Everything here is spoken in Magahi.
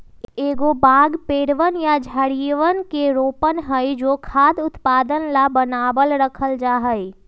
एगो बाग पेड़वन या झाड़ियवन के रोपण हई जो खाद्य उत्पादन ला बनावल रखल जाहई